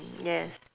yes